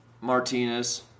Martinez